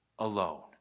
alone